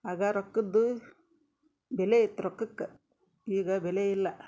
ಆಗ ರೊಕ್ಕದ್ದು ಬೆಲೆ ಇತ್ತು ರೊಕ್ಕಕ್ಕ ಈಗ ಬೆಲೆ ಇಲ್ಲ